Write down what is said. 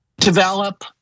develop